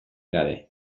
gabe